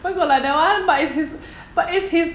where got like that one but it's his but it's his